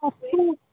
अस्तु